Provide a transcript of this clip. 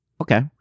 Okay